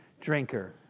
drinker